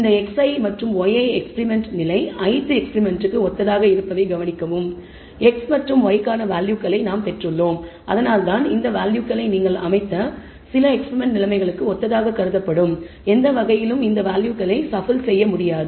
இந்த xi மற்றும் yi experiment நிலை ith எக்ஸ்பிரிமெண்ட்க்கு ஒத்ததாக இருப்பதை கவனிக்கவும் x மற்றும் y க்கான வேல்யூகளை நாம் பெற்றுள்ளோம் அதனால்தான் இந்த வேல்யூகளை நீங்கள் அமைத்த சில எக்ஸ்பிரிமெண்ட் நிலைமைகளுக்கு ஒத்ததாக கருதப்படும் எந்த வகையிலும் இந்த வேல்யூகளை கலக்க முடியாது